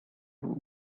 roof